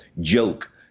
joke